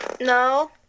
No